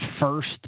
first